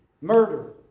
murder